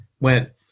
went